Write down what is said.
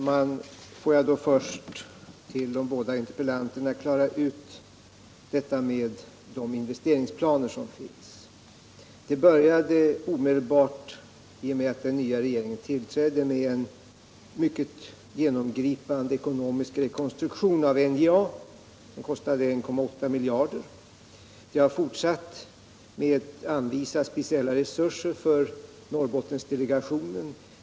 Herr talman! Låt mig först för de båda interpellanterna klara ut vilka investeringsplaner som finns. Det började omedelbart i och med den nya regeringens tillträde en mycket genomgripande ekonomisk rekonstruktion av NJA till en kostnad av 1,8 miljarder. Vi har fortsatt med att anvisa speciella resurser för Norrbottensdelegationen.